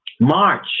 march